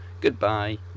Goodbye